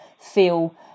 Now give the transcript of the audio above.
feel